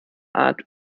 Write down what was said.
art